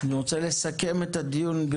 ברשותכם, אני רוצה לסכם את הדיון.